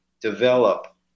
develop